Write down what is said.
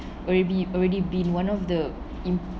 already already been one of the